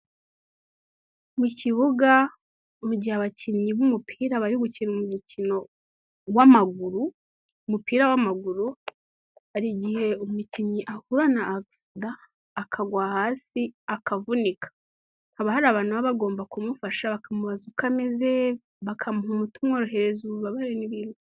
Mu kibuga mu gihe abakinnyi b'umupira bari gukina umukino w'amaguru umupira w'amaguru, hari igihe umukinnyi ahura na akisida akagwa hasi akavunika, haba hari abana baba bagomba kumufasha bakamubaza uko ameze, bakamuha umuti umworohereza ububabare, n'ibindi.